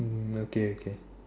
mm okay okay